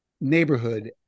neighborhood